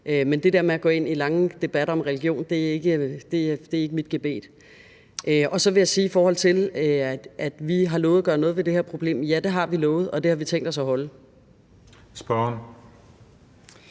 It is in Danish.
det der med at gå ind i lange debatter om religion er ikke mit gebet. Så vil jeg sige, i forhold til at vi har lovet at gøre noget ved det her problem: Ja, det har vi lovet, og det har vi tænkt os at holde. Kl.